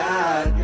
God